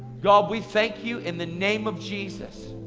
god, we thank you in the name of jesus.